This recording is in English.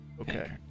okay